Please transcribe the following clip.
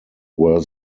were